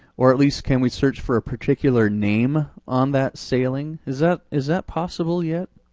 or at least can we search for a particular name on that sailing, is that is that possible yet?